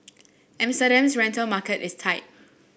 Amsterdam's rental market is tight